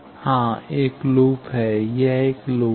हां एक लूप है यह एक लूप है